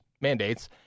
mandates